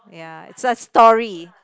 ya it's like a story